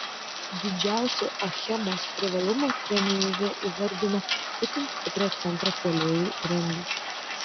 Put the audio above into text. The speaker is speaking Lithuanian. didžiausiu achemos privalumu trenerė įvardina itin stiprią centro puolėjų grandį